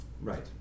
Right